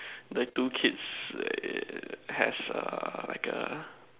that two kids like has a like a